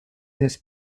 des